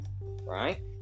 right